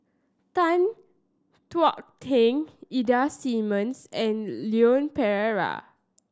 Tan Thuan Heng Ida Simmons and Leon Perera